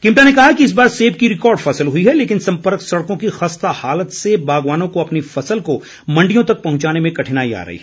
किमटा ने कहा कि इस बार सेब की रिकॉर्ड फसल हुई है लेकिन संपर्क सड़कों की खस्ता हालत से बागवानों को अपनी फसल को मण्डियों तक पहुंचाने में कठिनाई आ रही है